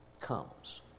comes